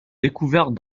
découverte